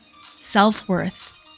self-worth